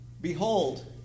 Behold